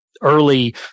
early